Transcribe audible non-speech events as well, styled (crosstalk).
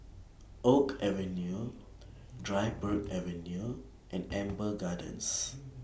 Oak Avenue Dryburgh Avenue and Amber (noise) Gardens (noise)